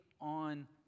on